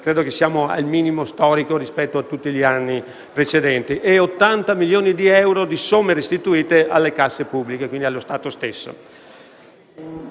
ci porta al minimo storico rispetto a tutti gli anni precedenti; 80 milioni di euro di somme restituite alle casse pubbliche e, quindi, allo Stato stesso.